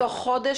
בתוך חודש,